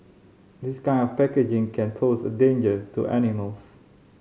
this kind of packaging can pose a danger to animals